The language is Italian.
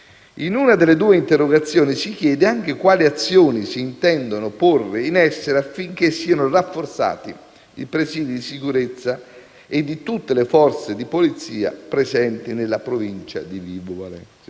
In una delle due interrogazioni si chiede anche quali azioni si intendano porre in essere affinché siano rafforzati i presidi di sicurezza e di tutte le Forze di polizia presenti nella provincia di Vibo Valentia.